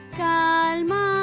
calma